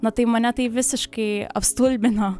na tai mane tai visiškai apstulbino